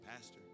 pastor